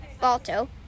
balto